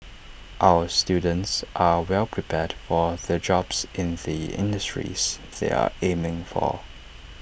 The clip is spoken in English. our students are well prepared for the jobs in the industries they are aiming for